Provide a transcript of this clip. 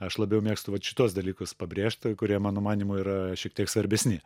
aš labiau mėgstu vat šituos dalykus pabrėžt kurie mano manymu yra šiek tiek svarbesni